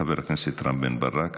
חבר הכנסת רם בן ברק,